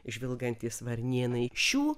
žvilgantys varnėnai šių